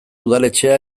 udaletxea